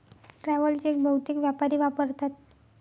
travel cheque बहुतेक व्यापारी वापरतात